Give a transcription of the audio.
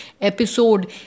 episode